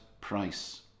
price